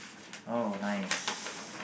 oh nice